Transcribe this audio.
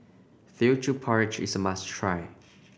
Teochew Porridge is a must try